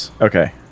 okay